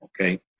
okay